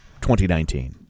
2019